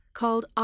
called